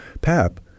Pap